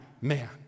man